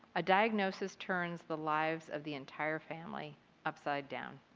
a diagnosis turns the lives of the entire family upside down.